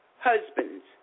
Husbands